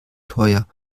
teuer